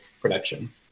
production